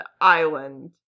island